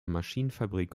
maschinenfabrik